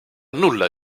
nulla